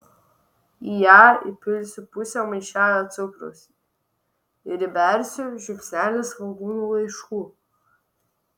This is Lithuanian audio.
į ją įpilsiu pusę maišelio cukraus ir įbersiu žiupsnelį svogūnų laiškų